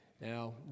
Now